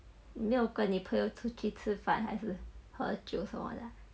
你没有跟你朋友出去吃饭还是喝酒什么的啊